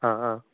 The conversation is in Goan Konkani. हां हां